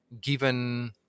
given